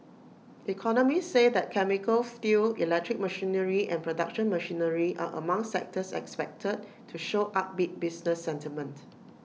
economists say that chemicals steel electric machinery and production machinery are among sectors expected to show upbeat business sentiment